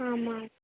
आम् आम्